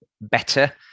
better